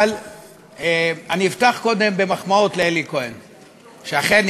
אבל אני אפתח קודם במחמאות לאלי כהן: אכן,